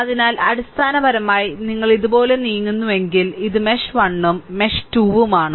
അതിനാൽ അടിസ്ഥാനപരമായി നിങ്ങൾ ഇതുപോലെ നീങ്ങുന്നുവെങ്കിൽ ഇത് മെഷ് 1 ഉം ഇത് മെഷ് 2 ഉം ആണ്